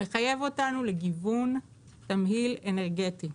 זה מחייב אותנו לגיוון תמהיל אנרגטי.